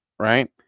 Right